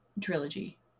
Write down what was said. Trilogy